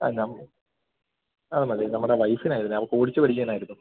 അ നം ആ മതി നമ്മുടെ വൈഫിന്നായിരുന്നു അവൾക്ക് ഓടിച്ച് പഠിക്കാനായിരുന്നു